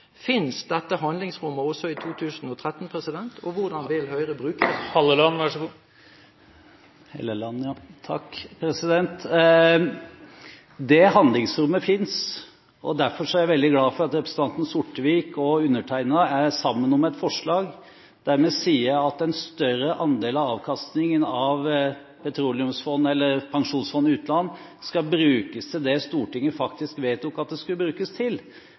Finnes dette handlingsrommet også i 2013? Og hvordan vil Høyre bruke det? Det handlingsrommet finnes, og derfor er jeg veldig glad for at representanten Sortevik og jeg er sammen om et forslag der vi sier at en større andel av avkastningen av Statens pensjonsfond utland skal brukes til det Stortinget faktisk vedtok at det skulle brukes til,